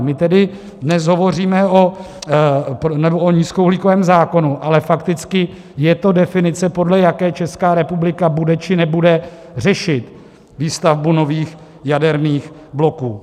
My dnes hovoříme o nízkouhlíkovém zákonu, ale fakticky je to definice, podle jaké Česká republika bude, či nebude řešit výstavbu nových jaderných bloků.